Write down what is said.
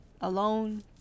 alone